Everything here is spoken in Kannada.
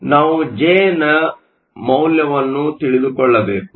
ನಾವು ಜೆ ನ ಮೌಲ್ಯವನ್ನು ತಿಳಿದುಕೊಳ್ಳಬೇಕು